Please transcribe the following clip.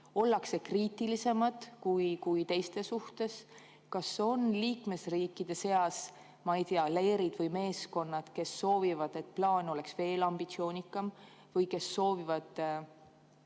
ollakse kriitilisemad kui teiste suhtes? Kas on liikmesriikide seas leerid või meeskonnad, kes soovivad, et plaan oleks veel ambitsioonikam, või kes soovivad